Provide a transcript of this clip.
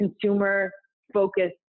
consumer-focused